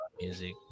Music